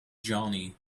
johnny